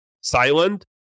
silent